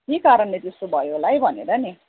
के कारणले त्यस्तो भयो होला है भनेर नि